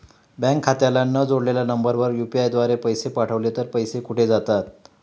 Bank खात्याला न जोडलेल्या नंबरवर यु.पी.आय द्वारे पैसे पाठवले तर ते पैसे कुठे जातात?